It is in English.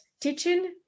teaching